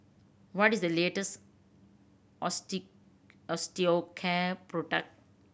what is the latest Osteocare product